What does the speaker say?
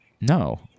No